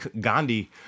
Gandhi